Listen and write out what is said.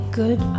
good